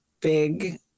big